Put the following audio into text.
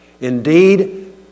Indeed